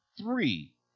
three